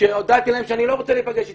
כשהודעתי להם שאני לא רוצה להיפגש אתם.